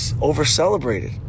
over-celebrated